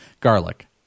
garlic